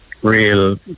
real